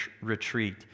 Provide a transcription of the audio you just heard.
retreat